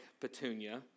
Petunia